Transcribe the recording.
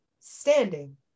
standing